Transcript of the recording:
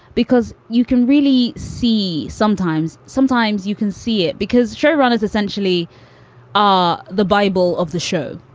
because you can really see sometimes sometimes you can see it because showrunners essentially are the bible of the show